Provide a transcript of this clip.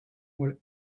while